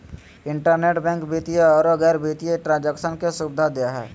internet bank वित्तीय औरो गैर वित्तीय ट्रांन्जेक्शन के सुबिधा दे हइ